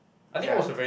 ya